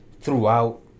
throughout